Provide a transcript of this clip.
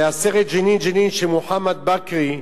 הסרט "ג'נין ג'נין" של מוחמד בכרי,